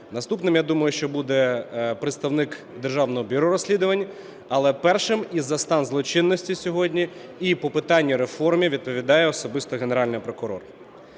наступним, я думаю, що буде представник Державного бюро розслідування, але першим і за стан злочинності сьогодні, і по питанню реформи відповідає особисто Генеральний прокурор.